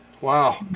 wow